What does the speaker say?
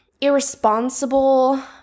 irresponsible